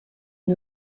une